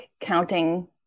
counting